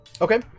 Okay